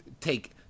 take